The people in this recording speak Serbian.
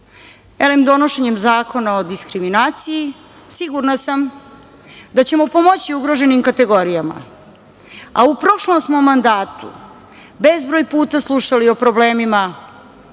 nikako. Donošenjem Zakona o diskriminaciji sigurna sam da ćemo pomoći ugroženim kategorijama. U prošlom smo mandatu bezbroj puta slušali o problemima